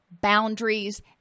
boundaries